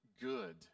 good